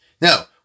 Now